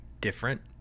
different